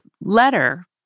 letter